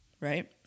right